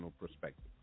perspective